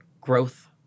growth